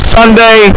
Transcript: Sunday